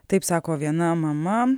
taip sako viena mama